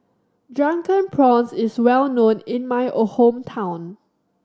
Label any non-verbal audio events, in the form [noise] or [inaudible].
Drunken Prawns is well known in my [hesitation] hometown